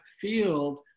field